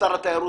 שר התיירות,